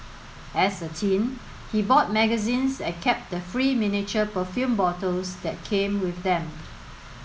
as a teen he bought magazines and kept the free miniature perfume bottles that came with them